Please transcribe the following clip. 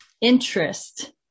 interest